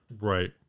Right